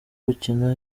gukina